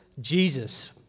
Jesus